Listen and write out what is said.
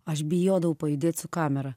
aš bijodavau pajudėt su kamera